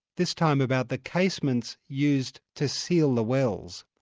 this time about the casements used to seal the wells.